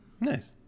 Nice